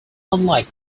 unlike